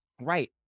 Right